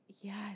yes